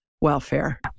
welfare